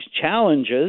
challenges